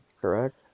correct